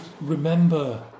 remember